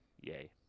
Yay